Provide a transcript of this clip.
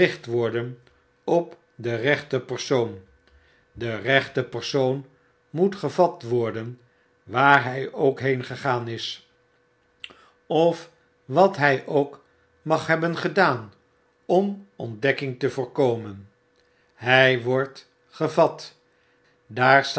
worden op den rechten persoon de rechte persoon moet gevat worden waar hy ook heengegaan is of wat hy ook mag hebben gedaan om ontdekking te voorkomen hij wordt gevat daar